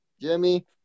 Jimmy